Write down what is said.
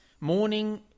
morning